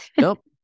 Nope